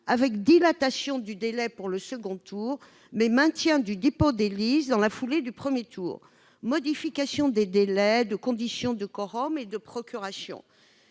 avec dilatation du délai pour la tenue du second tour, mais maintien du dépôt des listes dans la foulée du premier tour, et à la modification des délais et des conditions de quorum et de procuration.